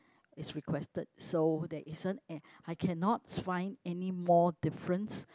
is requested so there isn't and I cannot find anymore difference